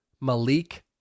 Malik